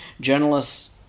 journalists